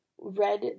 read